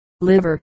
liver